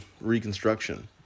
reconstruction